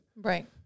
Right